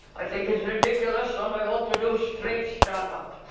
i think it's ridiculous and i want to do straight stand-up.